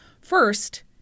First